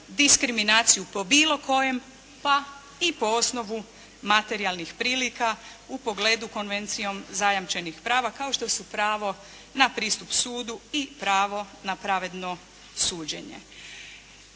diskriminaciju po bilo kojem pa i po osnovu materijalnih prilika u pogledu Konvencijom zajamčenih prava kao što su pravo na pristup sudu i pravo na pravedno suđenje.